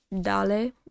Dale